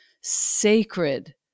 sacred